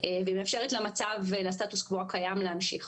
והיא מאפשרת למצב ולסטטוס קוו הקיים להמשיך.